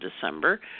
December